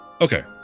Okay